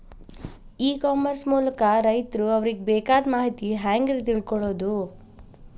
E commerce ಮೂಲಕ ರೈತರು ಅವರಿಗೆ ಬೇಕಾದ ಮಾಹಿತಿ ಹ್ಯಾಂಗ ರೇ ತಿಳ್ಕೊಳೋದು?